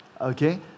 okay